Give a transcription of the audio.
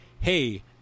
hey